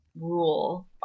rule